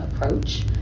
approach